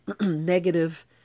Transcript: negative